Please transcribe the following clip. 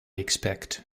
expect